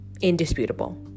indisputable